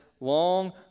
long